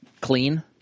clean